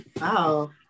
Wow